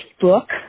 book